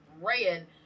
red